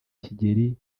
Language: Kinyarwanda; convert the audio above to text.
kigeli